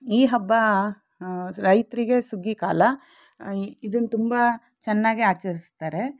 ಈ ಹಬ್ಬ ರೈತರಿಗೆ ಸುಗ್ಗಿ ಕಾಲ ಇದನ್ನು ತುಂಬ ಚೆನ್ನಾಗಿ ಆಚರಿಸ್ತಾರೆ